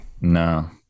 No